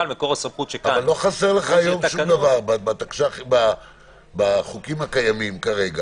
אבל לא חסר לך היום שום דבר בחוקים הקיימים כרגע.